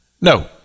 No